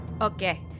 Okay